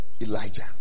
Elijah